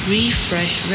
Refresh